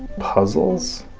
puzzles?